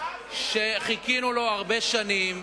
שחיכינו לו הרבה שנים,